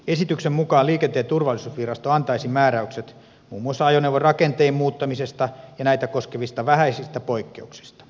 esityksen mukaan liikenteen turvallisuusvirasto antaisi määräykset muun muassa ajoneuvon rakenteen muuttamisesta ja näitä koskevista vähäisistä poikkeuksista